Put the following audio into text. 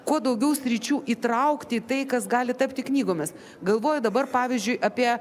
kuo daugiau sričių įtraukti tai kas gali tapti knygomis galvoju dabar pavyzdžiui apie